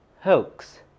hoax